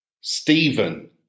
Stephen